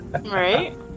Right